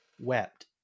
wept